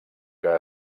que